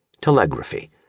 telegraphy